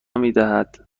میدهد